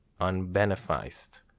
unbeneficed